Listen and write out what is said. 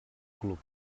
club